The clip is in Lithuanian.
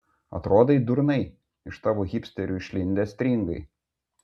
atrodai durnai iš tavo hipsterių išlindę stringai